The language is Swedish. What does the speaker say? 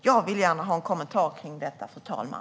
Jag vill gärna ha en kommentar om detta, fru talman.